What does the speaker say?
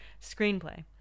screenplay